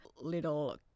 little